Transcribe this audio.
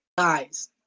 Guys